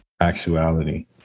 actuality